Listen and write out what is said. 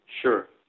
Sure